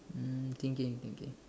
um thinking thinking